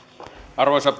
arvoisa